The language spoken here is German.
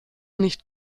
nicht